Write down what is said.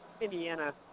Indiana